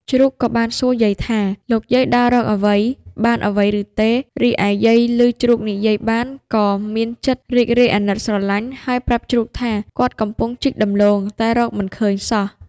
ជ្រូកក៏បានសួរយាយថា លោកយាយដើររកអ្វី? បានអ្វីឬទេ? រីឯយាយលឺជ្រូកនិយាយបាន ក៏មានចិត្តរីករាយអាណិតស្រលាញ់ ហើយប្រាប់ជ្រូកថា គាត់កំពុងជីកដំឡូងតែរកមិនឃើញសោះ។